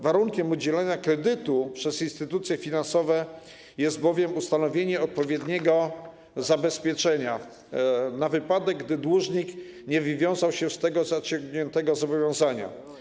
Warunkiem udzielenia kredytu przez instytucje finansowe jest bowiem ustanowienie odpowiedniego zabezpieczenia, na wypadek gdyby dłużnik nie wywiązał się z zaciągniętego zobowiązania.